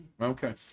Okay